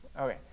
Okay